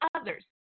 others